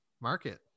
Market